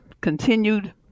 continued